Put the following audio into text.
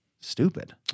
Stupid